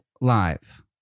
live